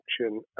action